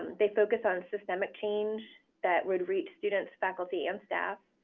they focus on systemic change that would reach students, faculty and staff.